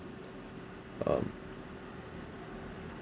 um